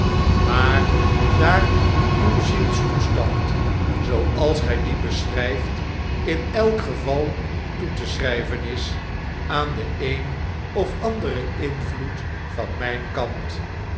maar daar uw zielstoestand zooals gij dien beschrijft in elk geval toe te schrpven is aan den een of anderen invloed van mijn kant